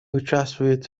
участвуют